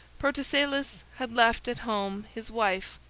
protesilaus had left at home his wife,